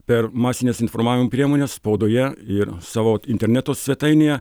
per masines informavimo priemones spaudoje ir savo interneto svetainėje